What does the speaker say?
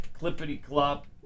clippity-clop